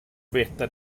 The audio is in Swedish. veta